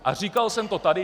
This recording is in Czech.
A říkal jsem to tady.